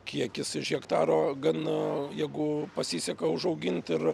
kiekis iš hektaro gana jeigu pasiseka užaugint ir